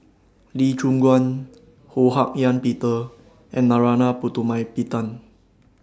Lee Choon Guan Ho Hak Ean Peter and Narana Putumaippittan